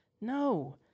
no